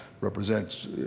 represents